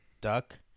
duck